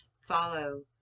follow